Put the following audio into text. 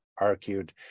argued